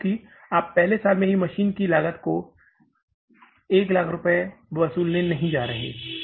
क्योंकि आप पहले साल में ही मशीन की इस लागत को 100000 रुपये वसूलने वाले नहीं हैं